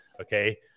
Okay